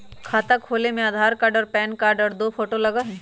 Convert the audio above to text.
खाता खोले में आधार कार्ड और पेन कार्ड और दो फोटो लगहई?